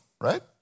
right